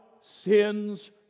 sins